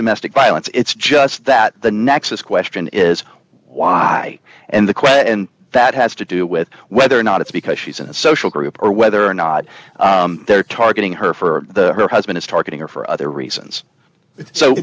domestic violence it's just that the nexus question is why and the question that has to do with whether or not it's because she's in a social group or whether or not they're targeting her for the her husband is targeting or for other reasons so